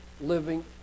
living